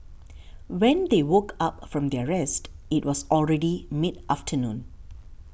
when they woke up from their rest it was already mid afternoon